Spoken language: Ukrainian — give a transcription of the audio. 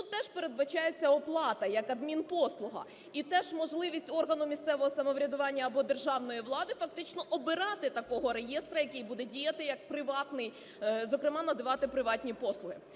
Тут теж передбачається оплата як адмінпослуга і теж можливість органу місцевого самоврядування або державної влади фактично обирати такого реєстру, який буде діяти як приватний, зокрема надавати приватні послуги.